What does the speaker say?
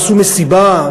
עשו מסיבה,